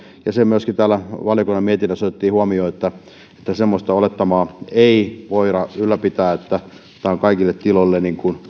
ja se myöskin täällä valiokunnan mietinnössä otettiin huomioon että että semmoista olettamaa ei voida ylläpitää että tätä on kaikille tiloille